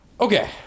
Okay